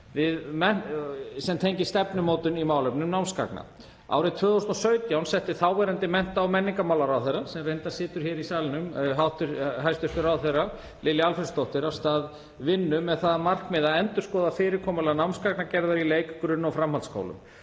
sem tengist stefnumótun í málefnum námsgagna. Árið 2017 setti þáverandi mennta- og menningarmálaráðherra, sem reyndar situr hér í salnum, hæstv. ráðherra Lilja Alfreðsdóttir, af stað vinnu með það að markmiði að endurskoða fyrirkomulag námsgagnagerðar í leik-, grunn- og framhaldsskólum,